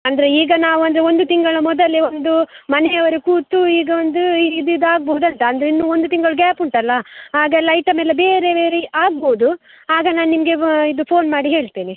ಅಂದರೆ ಈಗ ನಾವಂದರೆ ಒಂದು ತಿಂಗಳ ಮೊದಲೆ ಒಂದು ಮನೆಯವರೆ ಕೂತು ಈಗ ಒಂದು ಇದು ಇದು ಆಗ್ಬೋದು ಅಂತ ಅಂದರೆ ಇನ್ನು ಒಂದು ತಿಂಗಳು ಗ್ಯಾಪ್ ಉಂಟಲ್ಲ ಆಗ ಎಲ್ಲ ಐಟಮ್ ಎಲ್ಲ ಬೇರೆ ಬೇರೆ ಆಗ್ಬೋದು ಆಗ ನಾನು ನಿಮಗೆ ಇದು ಫೋನ್ ಮಾಡಿ ಹೇಳ್ತೇನೆ